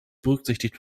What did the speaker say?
berücksichtigt